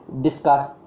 discuss